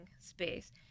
space